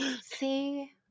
See